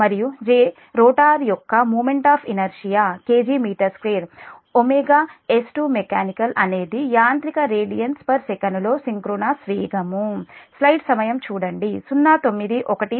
మరియు J rotor యొక్క moment of inertia ωs mech అనేది సింక్రోనస్ వేగం యాంత్రిక రేడియన్స్ సెకనులో angular radianssec